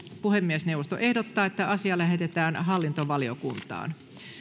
puhemiesneuvosto ehdottaa että asia lähetetään hallintovaliokuntaan